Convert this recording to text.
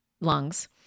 lungs